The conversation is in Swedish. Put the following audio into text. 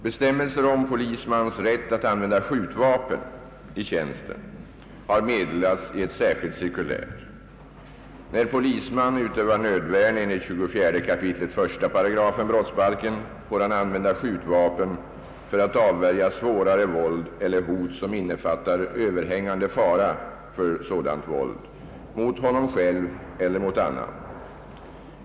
Bestämmelser om polismans rätt att använda skjutvapen i tjänsten har meddelats i ett särskilt cirkulär. När polisman utövar nödvärn enligt 24 kap. 1 § brottsbalken, får han använda skjutvapen för att avvärja svårare våld eller hot, som innefattar överhängande fara för sådant våld, mot honom själv eller annan.